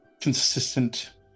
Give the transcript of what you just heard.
consistent